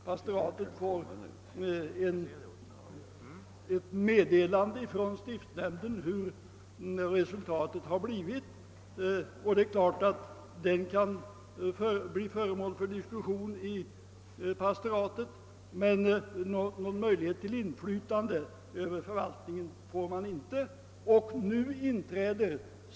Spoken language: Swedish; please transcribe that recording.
Pastoratet får ett meddelande från stiftsnämnden om hur resultatet har blivit. Det är klart att detta kan bli föremål för diskussion i pastoratet, men någon möjlighet till inflytande över förvaltningen erhåller inte pastoratet.